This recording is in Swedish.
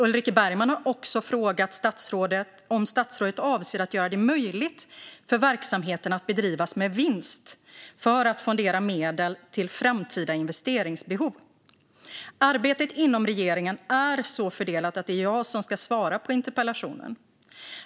Ulrik Bergman har också frågat om statsrådet avser att göra det möjligt för verksamheten att bedrivas med vinst, för att fondera medel till framtida investeringsbehov. Arbetet inom regeringen är så fördelat att det är jag som ska svara på interpellationen.